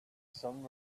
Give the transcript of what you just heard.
sun